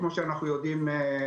כפי שאנחנו יודעים,